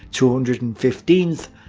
two hundred and fifteenth,